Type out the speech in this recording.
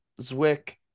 Zwick